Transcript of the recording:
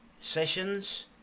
sessions